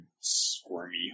squirmy